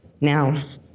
Now